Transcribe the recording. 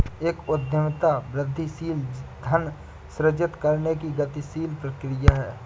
एक उद्यमिता वृद्धिशील धन सृजित करने की गतिशील प्रक्रिया है